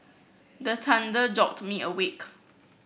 the thunder jolt me awake